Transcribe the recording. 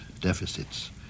deficits